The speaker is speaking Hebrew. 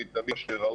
אני תמיד אומר שחינוך,